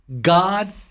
God